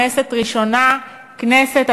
ראשונה בכנסת,